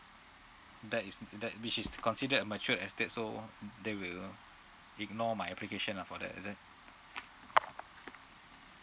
that is that which is considered a matured estate so they will ignore my application lah for that is it